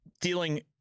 dealing